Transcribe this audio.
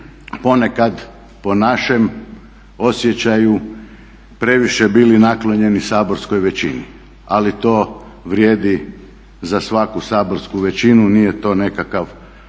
ponekad po našem osjećaju previše bili naklonjeni saborskoj većini, ali to vrijedi za svaku saborsku većinu, nije to nekakva